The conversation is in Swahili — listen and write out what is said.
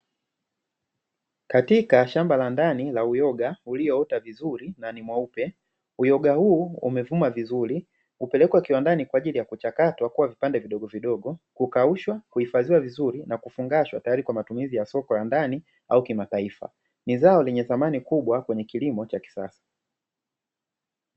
Katika shamba la ndani la uyoga uliyoota vizuri na ni mweupe. Uyoga huu umevuma vizuri kupelekwa kiwandani kwa ajili ya kuchakatwa kuwa vipande vidogovidogo, kukaushwa, kuhifadhiwa vizuri na kufungashwa tayari kwa matumizi ya soko la ndani au kimataifa. Ni zao lenye thamani kubwa kwenye kilimo cha kisasa.